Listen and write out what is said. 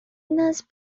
nurse